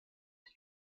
die